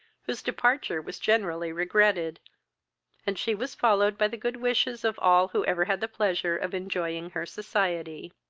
whose departure was generally regretted and she was followed by the good wishes of all who ever had the pleasure of enjoying her society.